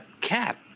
cat